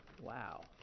Wow